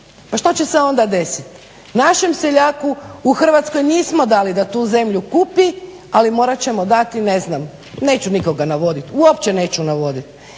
Pa što će se onda desiti? Našem seljaku u Hrvatskoj nismo dali da tu zemlju kupi ali morat ćemo dati ne znam, neću nikoga navoditi, uopće neću navoditi.